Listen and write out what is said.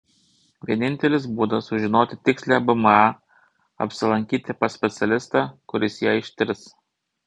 vienintelis būdas sužinoti tikslią bma apsilankyti pas specialistą kuris ją ištirs